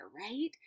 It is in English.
right